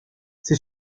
ses